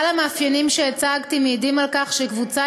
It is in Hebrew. כלל המאפיינים שהצגתי מעידים על כך שקבוצה